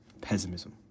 Pessimism